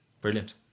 Brilliant